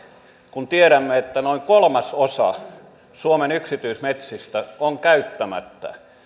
kun tiedämme että noin kolmasosa suomen yksityismetsistä on käyttämättä